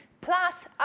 plus